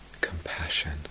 compassion